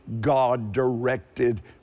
God-directed